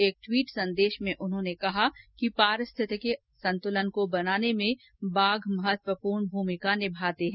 एक टवीट संदेश में उन्होंने कहा कि पारिस्थितिक संतुलन को बनाने में बाघ महत्वपूर्ण भूमिका निमाते हैं